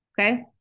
Okay